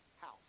house